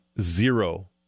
Zero